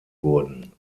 wurden